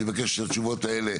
אני מבקש שהתשובות האלו,